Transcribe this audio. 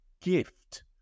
gift